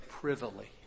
Privily